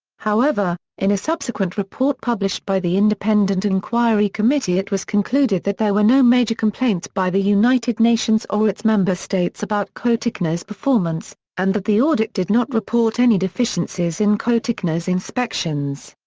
however, in a subsequent report published by the independent inquiry committee it was concluded that there were no major complaints by the united nations or its member states about cotecna's performance and that the audit did not report any deficiencies in cotecna's inspections.